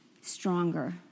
stronger